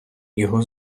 його